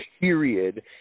Period